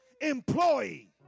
employee